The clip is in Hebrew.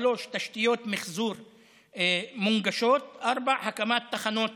3. תשתיות מחזור מונגשות, 4. הקמת תחנות